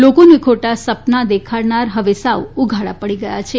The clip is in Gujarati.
લોકોને ખોટાં સપનાં દેખાડનારા હવે સાવ ઉઘાડા પડી ગયા હિ